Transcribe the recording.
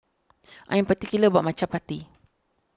I am particular about my Chapati